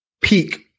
peak